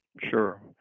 Sure